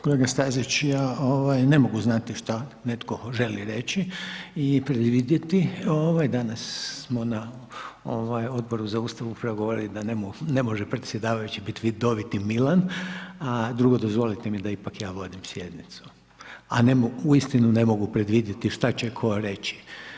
Kolega Stazić, ja ne mogu znati šta netko želi reći i predvidjeti, danas smo na Odboru za Ustav upravo govorili da ne može predsjedavajući biti vidoviti Milan a drugo, dozvolite mi da ipak ja vodim sjednicu a uistinu ne mogu predvidjeti što će tko reći.